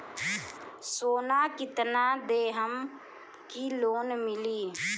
सोना कितना देहम की लोन मिली?